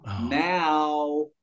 now